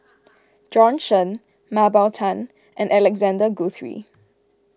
Bjorn Shen Mah Bow Tan and Alexander Guthrie